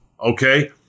okay